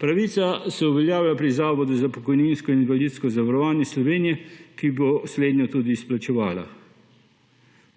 Pravica se uveljavlja pri Zavodu za pokojninsko in invalidsko zavarovanje Slovenije, ki bo slednjo tudi izplačeval.